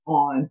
on